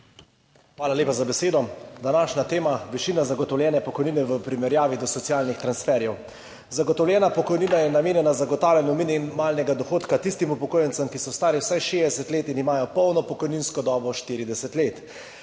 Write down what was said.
Hvala lepa za besedo. Današnja tema: višina zagotovljene pokojnine v primerjavi do socialnih transferjev. Zagotovljena pokojnina je namenjena zagotavljanju minimalnega dohodka tistim upokojencem, ki so stari vsaj 60 let in imajo polno pokojninsko dobo 40 let.